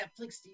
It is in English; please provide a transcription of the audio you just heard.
Netflix